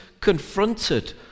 confronted